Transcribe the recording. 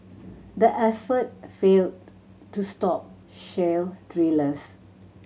the effort failed to stop shale drillers